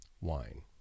Wine